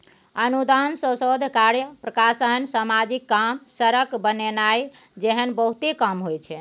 अनुदान सँ शोध कार्य, प्रकाशन, समाजिक काम, सड़क बनेनाइ जेहन बहुते काम होइ छै